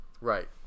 right